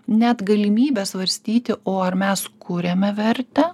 net galimybę svarstyti o ar mes kuriame vertę